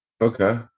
Okay